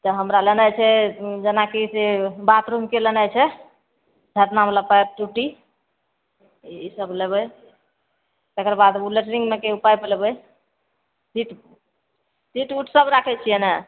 तऽ हमरा लेनाइ छै जेनाकि से बाथरूमके लेनाइ छै झरनावला पाइप टोँटी ईसब लेबै तकर बाद ओ लैटरिनमेके पाइप लेबै सीट सीट उट सब राखै छिए ने